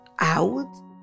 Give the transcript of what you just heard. out